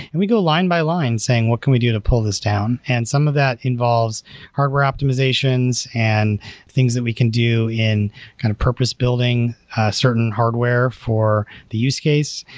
and we go line-by-line saying, what can we do to pull this down? and some of that involves hardware optimizations and things that we can do in kind of purpose-building certain hardware for the use case.